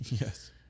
Yes